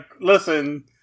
listen